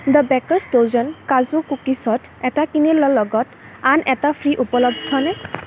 the baker's dozen কাজু কুকিজত এটা কিনিলে লগত আন এটা ফ্রী উপলব্ধনে